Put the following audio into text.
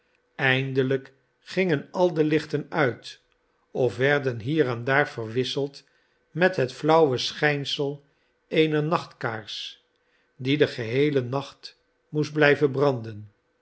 eindelijk gingen al de lichten uit of werden hier en daar verwisseld met het flauwe schijnsel eener nachtkaars die den geheelen nacht moest blijven branden